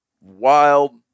wild